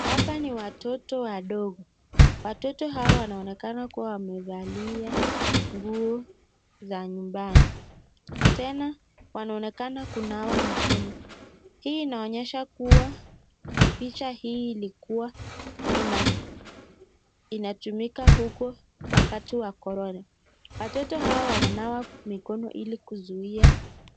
Hapa ni watoto wadogo. Watoto hawa wanaonekana kuwa wamevalia nguo za nyumbani. Tena, wanaonekana kunawa mikono. Hii inaonyesha kuwa, picha hii ilikuwa inatumika huku wakati wa korona. Watoto hawa wananawa mikono ili kuzuia